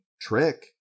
trick